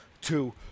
two